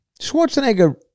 Schwarzenegger